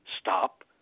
stop